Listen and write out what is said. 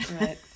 Right